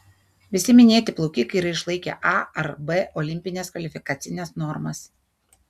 visi minėti plaukikai yra išlaikę a ar b olimpines kvalifikacines normas